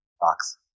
box